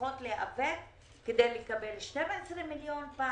צריכות להיאבק כדי לקבל 12 מיליון פעם,